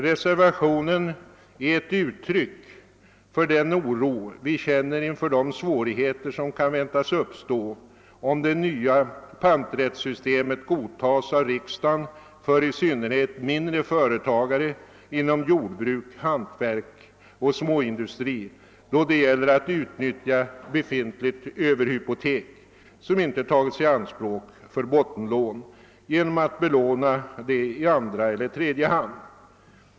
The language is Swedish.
Reservationen är ett uttryck för den oro vi känner inför de svårigheter som kan väntas uppstå, om det nya panträttssystemet godtas av riksdagen, för i synnerhet mindre företagare inom jordbruk, hantverk och småindustri då det gäller att utnyttja befintligt överhypotek som inte tagits i anspråk för bottenlån genom att belåna det i andra eller tredje hand.